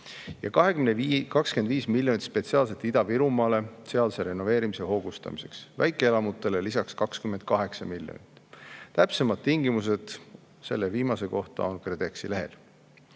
25 miljonit on spetsiaalselt Ida-Virumaale sealse renoveerimise hoogustamiseks ning väikeelamutele lisaks 28 miljonit. Täpsemad tingimused selle viimase kohta on KredExi lehel.